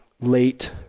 late